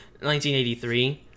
1983